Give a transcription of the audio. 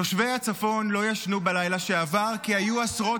תושבי הצפון לא ישנו בלילה שעבר כי היו עשרות